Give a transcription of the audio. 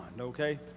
okay